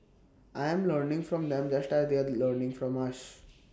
I am learning from them just as they are learning from us